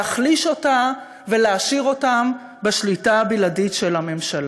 להחליש אותם ולהשאיר אותם בשליטה בלעדית של הממשלה,